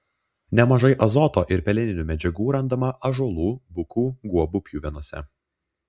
nemažai azoto ir peleninių medžiagų randama ąžuolų bukų guobų pjuvenose